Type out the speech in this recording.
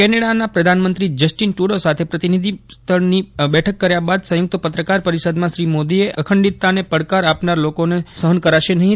કેનેડાના પ્રધાનમંત્રી જસ્ટિન ટૂડો સાથે પ્રતિનિધિમંડળ સ્તરની બેઠક કર્યા બાદ સંયુક્ત પત્રકાર પરિષદમાં શ્રી મોદીએ અને અખંડિતતાને પડકાર આપનાર લોકોને સહન કરાશે નહીં